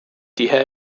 tihe